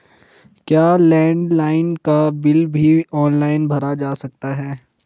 क्या लैंडलाइन का बिल भी ऑनलाइन भरा जा सकता है?